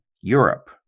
Europe